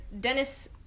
Dennis